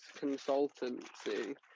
consultancy